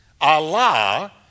Allah